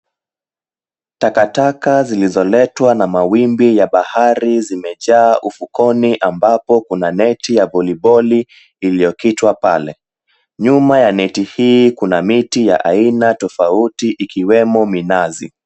Takataka zilizoletwa na mawimbi ya bahari zimejaa ufukoni ambapo kuna neti ya voliboli iliyokitwa pale. Nyuma ya neti hii kuna miti ya aina tofauti ikiwemo minazi.